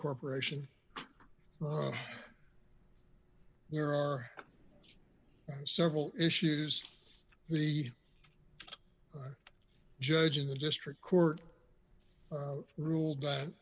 corporation there are several issues he the judge in the district court ruled that